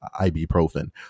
ibuprofen